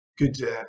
good